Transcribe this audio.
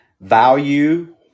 value